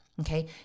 Okay